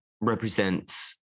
represents